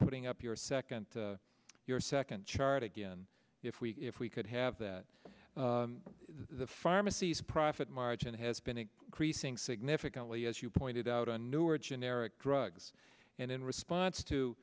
putting up your second your second chart again if we if we could have that the pharmacy's profit margin has been an increasing significantly as you pointed out a newer generic drugs and in response to